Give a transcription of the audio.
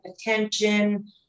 attention